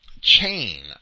chain